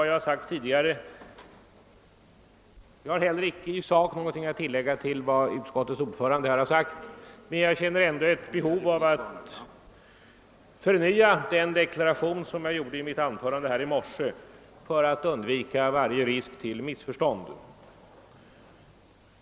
Jag har inte heller i sak något att tillägga till vad utskottets ordförande nu framhållit men känner ändå ett behov av att för att undvika varje risk för missförstånd förnya den deklaration, som jag gjorde i mitt anförande i morse.